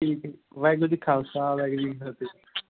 ਠੀਕ ਹੈ ਜੀ ਵਾਹਿਗੁਰੂ ਜੀ ਕਾ ਖਾਲਸਾ ਵਾਹਿਗੁਰੂ ਜੀ ਕੀ ਫਤਿਹ